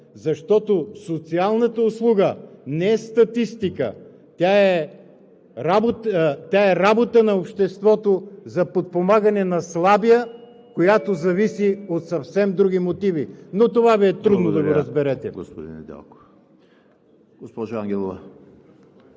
защото социалната услуга не е статистика – тя е работа на обществото за подпомагане на слабия, която зависи от съвсем други мотиви. Но това Ви е трудно да го разберете.